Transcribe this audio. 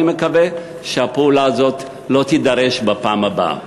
אני מקווה שהפעולה הזאת לא תידרש בפעם הבאה.